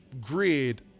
grid